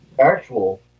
actual